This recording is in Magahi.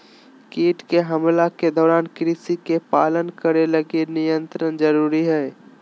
कीट के हमला के दौरान कृषि के पालन करे लगी नियंत्रण जरुरी हइ